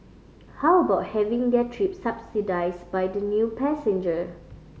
how about having their trip subsidised by the new passenger